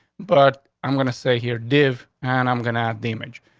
but i'm going to say here, div, and i'm gonna have damage.